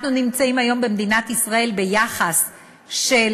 אנחנו נמצאים היום במדינת ישראל ביחס של